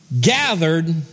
gathered